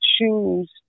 choose